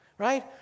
Right